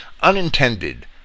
unintended